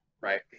Right